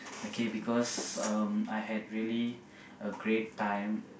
okay because um I had really a great time